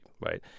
right